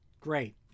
Great